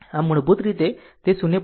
આમ મૂળભૂત રીતે તે 0